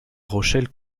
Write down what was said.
rochelle